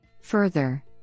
Further